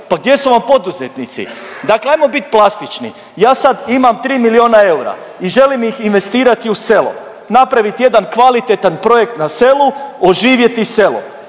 pa gdje su vam poduzetnici? Dakle, ajmo biti plastični. Ja sad imam 3 miliona eura i želim ih investirati u selo, napraviti jedan kvalitetan projekt na selu, oživjeti selo.